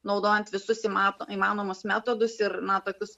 naudojant visus įmato įmanomus metodus ir na tokius